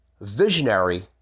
visionary